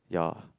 ya